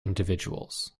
individuals